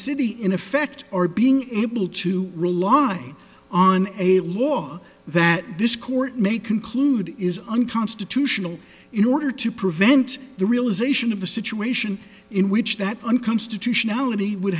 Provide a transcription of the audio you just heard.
city in a effect or being able to rely on a law that this court may conclude is unconstitutional in order to prevent the realization of a situation in which that unconstitutionality would